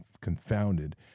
confounded